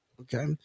Okay